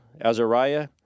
Azariah